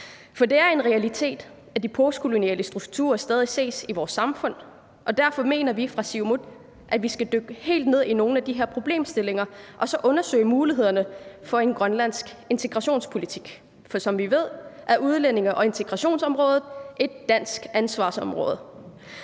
For det er en realitet, at de postkoloniale strukturer stadig ses i vores samfund, og derfor mener vi i Siumut, at vi skal dykke helt ned i nogle af de her problemstillinger og undersøge mulighederne for en grønlandsk integrationspolitik, for som vi ved, er udlændinge- og integrationsområdet et dansk ansvarsområde.